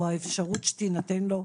או האפשרות שתינתן לו,